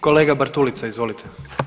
Kolega Bartulica, izvolite.